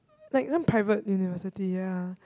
like some private university ya